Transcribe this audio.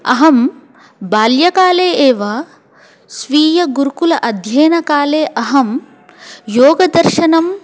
अहं बाल्यकाले एव स्वीयगुरुकुले अध्ययनकाले अहं योगदर्शनम्